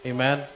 Amen